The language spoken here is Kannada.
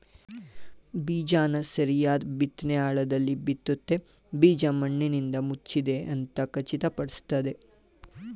ಬೀಜನ ಸರಿಯಾದ್ ಬಿತ್ನೆ ಆಳದಲ್ಲಿ ಬಿತ್ತುತ್ತೆ ಬೀಜ ಮಣ್ಣಿಂದಮುಚ್ಚಿದೆ ಅಂತ ಖಚಿತಪಡಿಸ್ತದೆ